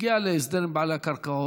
הגיעה להסדר עם בעלי הקרקעות,